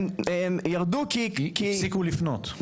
הם ירדו כי הפסיקו לפנות,